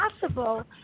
possible